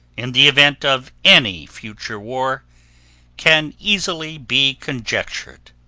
in the event of any future war can easily be conjectured.